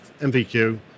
MVQ